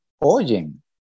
oyen